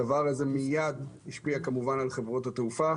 הדבר הזה השפיע מיד על חברות התעופה.